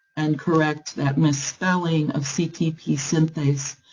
and correct that misspelling of ctp synthase,